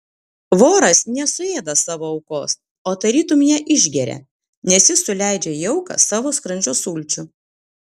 voras nesuėda savo aukos o tarytum ją išgeria nes jis suleidžia į auką savo skrandžio sulčių